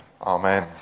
Amen